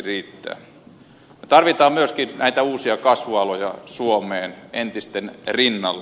me tarvitsemme myöskin uusia kasvualoja suomeen entisten rinnalle